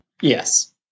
Yes